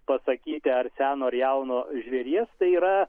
pasakyti ar seno ar jauno žvėries tai yra